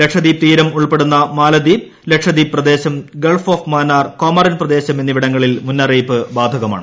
ലക്ഷദ്വീപ് തീരം ഉൾപ്പെടുന്ന മാലദ്വീപ് ലക്ഷദ്വീപ് പ്രദേശം ഗൾഫ് ഓഫ് മാന്നാർ കോമോറിൻ പ്രദേശം എന്നിവിടങ്ങളിൽ മുന്നറിയിപ്പ് ബാധകമാണ്